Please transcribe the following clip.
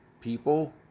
people